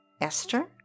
Esther